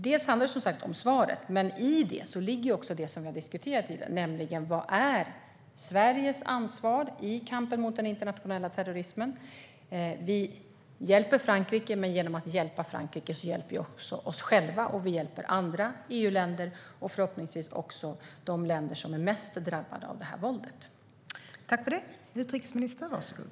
Det handlar som sagt om svaret till Frankrike. Men i det ligger också det som har diskuterats, nämligen vad Sveriges ansvar är i kampen mot den internationella terrorismen. Vi hjälper Frankrike, men genom att hjälpa Frankrike hjälper vi också oss själva, andra EU-länder och förhoppningsvis också de länder som är mest drabbade av detta våld.